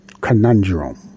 conundrum